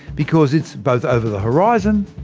because it's both over the horizon,